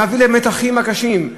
מביא למתחים קשים,